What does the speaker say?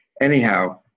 Anyhow